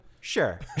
Sure